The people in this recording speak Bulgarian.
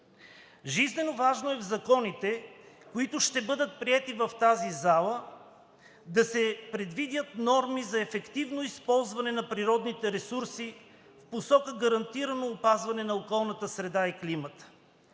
Жизненоважно е в законите, които ще бъдат приети в тази зала, да се предвидят норми за ефективно използване на природните ресурси в посока гарантирано опазване на околната среда и климата.